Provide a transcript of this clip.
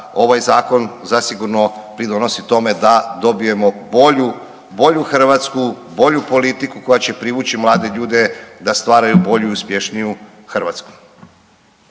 ovaj zakon zasigurno pridonosi tome da dobijemo bolju Hrvatsku, bolju politiku koja će privući mlade ljude da stvaraju bolju i uspješniju Hrvatsku.